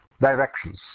directions